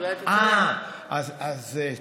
אז אולי תסביר.